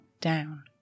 down